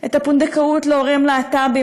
את הפונדקאות להורים להט"בים,